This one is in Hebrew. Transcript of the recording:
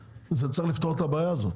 צריך לפתור את הבעיה הזו,